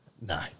No